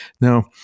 Now